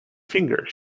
finger